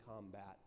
combat